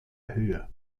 höhe